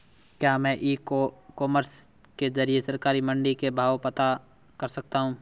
क्या मैं e commerce के ज़रिए सरकारी मंडी के भाव पता कर सकता हूँ?